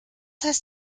heißt